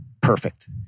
perfect